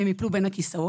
והם ייפלו בין הכיסאות,